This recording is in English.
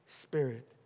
Spirit